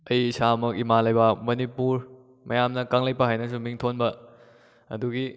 ꯑꯩ ꯏꯁꯥꯃꯛ ꯏꯃꯥ ꯂꯩꯕꯥꯛ ꯃꯅꯤꯄꯨꯔ ꯃꯌꯥꯝꯅ ꯀꯪꯂꯩꯄꯥꯛ ꯍꯥꯏꯅꯁꯨ ꯃꯤꯡꯊꯣꯟꯕ ꯑꯗꯨꯒꯤ